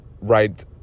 right